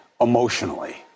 emotionally